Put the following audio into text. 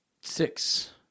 six